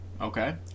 Okay